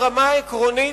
ברמה העקרונית,